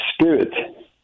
spirit